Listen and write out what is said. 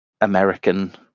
american